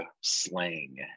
slang